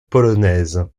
polonaises